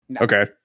Okay